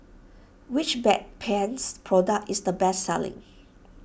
which Bedpans product is the best selling